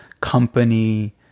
company